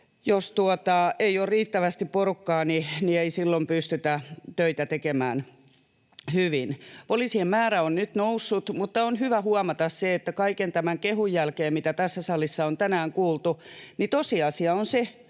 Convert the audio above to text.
jos ei ole riittävästi porukkaa, niin ei silloin pystytä töitä tekemään hyvin. Poliisien määrä on nyt noussut, mutta on hyvä huomata se, että kaiken tämän kehun jälkeen, mitä tässä salissa on tänään kuultu, tosiasia on se,